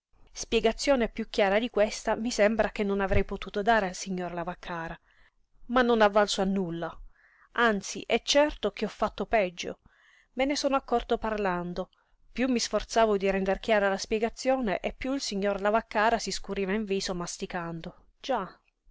spiegazione piú chiara di questa mi sembra che non avrei potuto dare al signor lavaccara ma non ha valso a nulla anzi è certo che ho fatto peggio me ne sono accorto parlando piú mi sforzavo di render chiara la spiegazione e piú il signor lavaccara si scuriva in viso masticando già